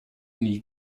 nie